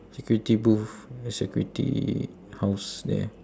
security booth the security house there